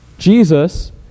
Jesus